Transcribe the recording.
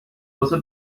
واسه